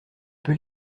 peux